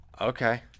Okay